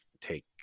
take